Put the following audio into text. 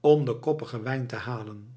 om den koppigen wijn te halen